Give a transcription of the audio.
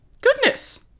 Goodness